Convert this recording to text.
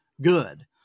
good